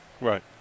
Right